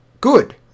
good